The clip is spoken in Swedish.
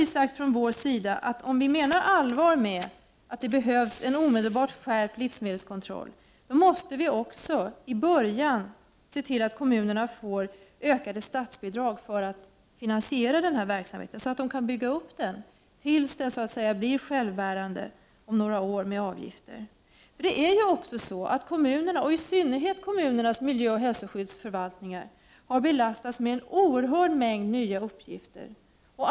Vi har från vpk:s sida sagt, att om man menar allvar med att det behövs en omedelbar skärpning av livsmedelskontrollen, måste man också se till att kommunerna i början får ökade statsbidrag för att finansiera denna verksamhet och för att kunna bygga upp den tills den om några år blir självbärande med avgifter. Kommunerna, och i synnerhet kommunernas miljöoch hälsoskyddsförvaltningar, har belastats med en oerhörd mängd nya uppgifter.